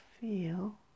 feel